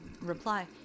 reply